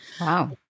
Wow